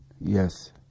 Yes